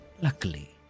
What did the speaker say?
Luckily